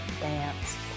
dance